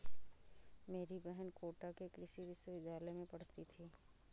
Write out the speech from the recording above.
मेरी बहन कोटा के कृषि विश्वविद्यालय में पढ़ती थी